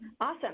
Awesome